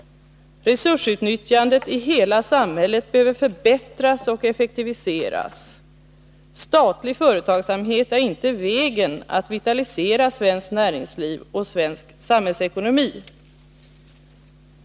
Resursutnyttjandet i hela samhället behöver förbättras och effektiviseras. Statlig företagsamhet är inte vägen att vitalisera svenskt näringsliv och svensk samhällsekonomi.